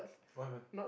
why am I